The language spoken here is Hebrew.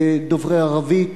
דוברי ערבית,